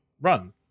run